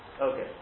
Okay